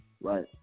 Right